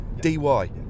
D-Y